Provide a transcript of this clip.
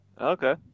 Okay